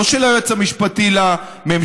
לא של היועץ המשפטי לממשלה,